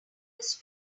his